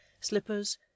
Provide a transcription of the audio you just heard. slippers